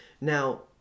Now